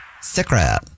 Secret